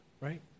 right